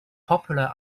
popular